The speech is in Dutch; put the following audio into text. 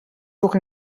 toch